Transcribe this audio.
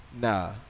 nah